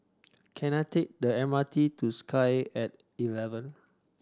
can I take the MRT to Sky and eleven